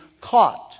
caught